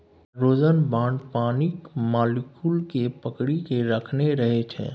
hydrogen bond पानिक molecule केँ पकरि केँ राखने रहै छै